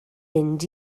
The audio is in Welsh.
mynd